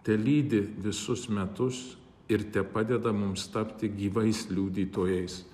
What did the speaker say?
telydi visus metus ir tepadeda mums tapti gyvais liudytojais